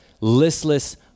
listless